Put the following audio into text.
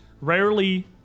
Rarely